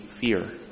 fear